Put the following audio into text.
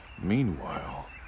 meanwhile